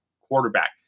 quarterback